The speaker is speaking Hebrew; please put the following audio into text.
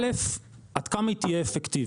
א', עד כמה היא תהיה אפקטיבית?